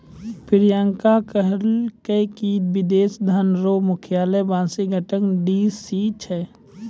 प्रियंका कहलकै की विदेशी धन रो मुख्यालय वाशिंगटन डी.सी छै